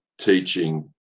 teaching